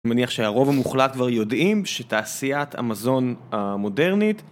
אני מניח שהרוב המוחלט כבר יודעים שתעשיית המזון המודרנית